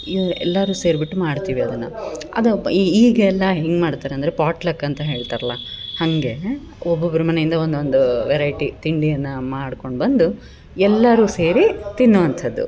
ಇವು ಎಲ್ಲರು ಸೇರ್ಬಿಟ್ಟು ಮಾಡ್ತೀವಿ ಅದನ್ನು ಅದಬ್ ಈಗೆಲ್ಲ ಹೆಂಗೆ ಮಾಡ್ತಾರೆ ಅಂದರೆ ಪಾಟ್ಲಕ್ ಅಂತ ಹೇಳ್ತಾರೆ ಅಲ್ಲ ಹಂಗೇ ಒಬ್ಬೊಬ್ರ ಮನೆಯಿಂದ ಒಂದೊಂದು ವೆರೈಟಿ ತಿಂಡಿಯನ್ನು ಮಾಡ್ಕೊಂಡು ಬಂದು ಎಲ್ಲರು ಸೇರಿ ತಿನ್ನುವಂಥದ್ದು